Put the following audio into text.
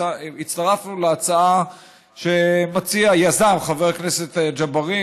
הצטרפנו להצעה שיזם חבר הכנסת ג'בארין